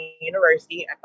University